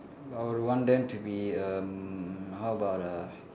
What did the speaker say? I will want them to be um how about uh